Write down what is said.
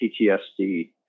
PTSD